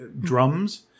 drums